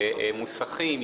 מוסכים,